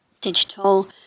digital